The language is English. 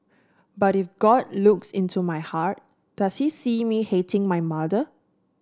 but if God looks into my heart does he see me hating my mother